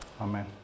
Amen